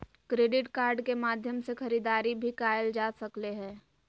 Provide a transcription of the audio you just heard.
credit card के माध्यम से खरीदारी भी कायल जा सकले हें